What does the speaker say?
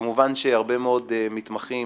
כמובן שהרבה מאוד מתמחים,